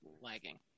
lagging